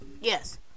Yes